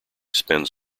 spends